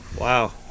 Wow